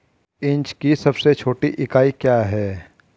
Inch की सबसे छोटी इकाई क्या है?